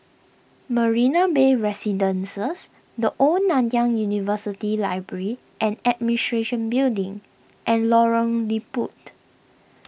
Marina Bay Residences the Old Nanyang University Library and Administration Building and Lorong Liput